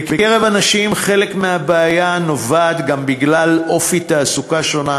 בקרב הנשים חלק מהבעיה נובע גם מאופי תעסוקה שונה,